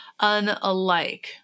unalike